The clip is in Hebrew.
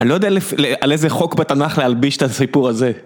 אני לא יודע על איזה חוק בתנ״ך להלביש את הסיפור הזה.